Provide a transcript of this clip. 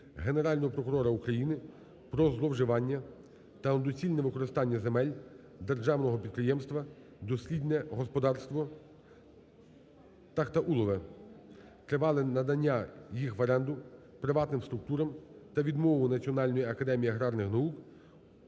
Генерального прокурора України про зловживання та нецільове використання земель Державного підприємства "Дослідне господарство "Тахтаулове", тривале надання їх в оренду приватним структурам та відмову Національної академії аграрних наук